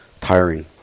Tiring